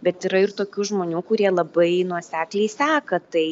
bet yra ir tokių žmonių kurie labai nuosekliai seka tai